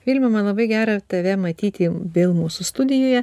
vilma man labai gera tave matyti vėl mūsų studijoje